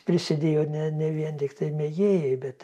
prisidėjo ne ne vien tiktai mėgėjai bet